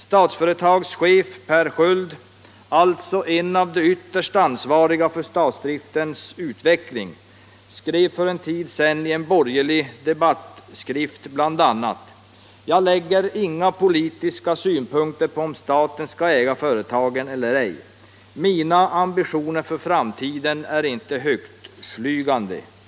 Statsföretags chef Per Sköld, alltså en av de ytterst ansvariga för statsdriftens utveckling, skrev för en tid sedan i en borgerlig debattskrift bl.a.: ”Jag lägger inga politiska synpunkter på om staten skall äga företagen eller ej. Mina ambitioner för framtiden är inte högtflygande.